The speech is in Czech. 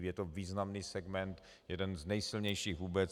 Je to významný segment, jeden z nejsilnějších vůbec.